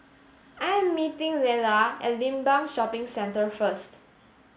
I am meeting Lela at Limbang Shopping Centre first